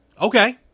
Okay